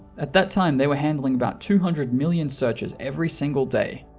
at that time, they were handling about two hundred million searches every single day.